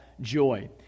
joy